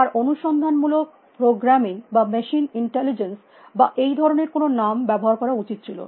তার অনুসন্ধান মূলক প্রোগ্রামিং বা মেশিন ইন্টেলিজেন্স বা এই ধরনের কোনো নাম ব্যবহার করা উচিত ছিল